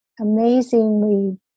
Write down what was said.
amazingly